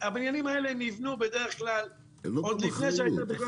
הבניינים האלה נבנו בדרך כלל עוד לפני שהייתה בכלל